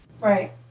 right